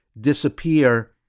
disappear